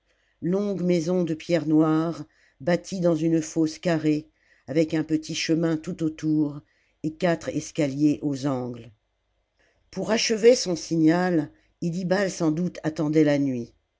longue maison de pierre noire bâtie dans une fosse carrée avec un petit chemin tout autour et quatre escaliers aux angles pour achever son signal iddibal sans doute attendait la nuit